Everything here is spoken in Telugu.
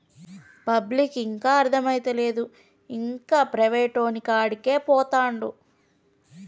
పబ్లిక్కు ఇంకా అర్థమైతలేదు, ఇంకా ప్రైవేటోనికాడికే పోతండు